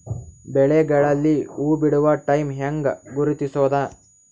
ಬೆಳೆಗಳಲ್ಲಿ ಹೂಬಿಡುವ ಟೈಮ್ ಹೆಂಗ ಗುರುತಿಸೋದ?